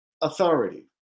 authority